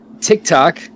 TikTok